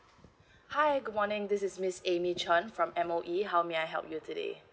hi good morning this is miss amy chan from M_O_E how may I help you today